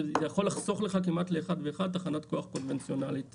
זה יכול לחסוך כמעט אחד לאחד תחנת כוח קונבנציונאלית.